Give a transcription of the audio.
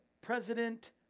President